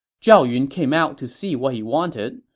zhao yun came out to see what he wanted.